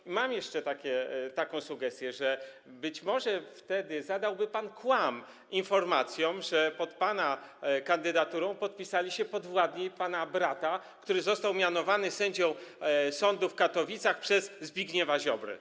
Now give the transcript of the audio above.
I mam jeszcze taką sugestię, że być może wtedy zadałby pan kłam informacjom, że pod pana kandydaturą podpisali się podwładni pana brata, który został mianowany sędzią sądu w Katowicach przez Zbigniewa Ziobrę.